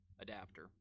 adapter